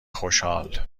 خوشحال